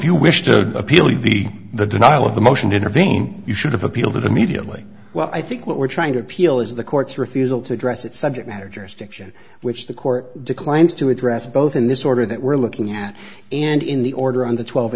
you wish to appeal to be the denial of the motion to intervene you should have appealed immediately well i think what we're trying to appeal is the court's refusal to address that subject matter jurisdiction which the court declines to address both in this order that we're looking at and in the order on the twelve